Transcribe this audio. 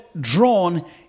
drawn